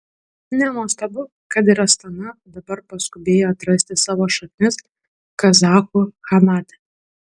nenuostabu kad ir astana dabar paskubėjo atrasti savo šaknis kazachų chanate